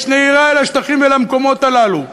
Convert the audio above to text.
יש נהירה לשטחים ולמקומות הללו.